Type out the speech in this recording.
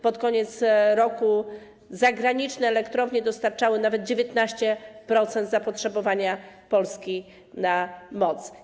Pod koniec roku zagraniczne elektrownie pokrywały nawet 19% zapotrzebowania Polski na moc.